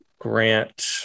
grant